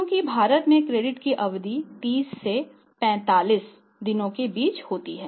क्योंकि भारत में क्रेडिट की अवधि 30 से 45 दिनों के बीच होती है